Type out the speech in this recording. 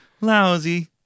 lousy